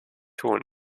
tun